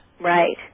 Right